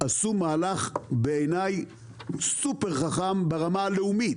עשו מהלך סופר-חכם ברמה הלאומית.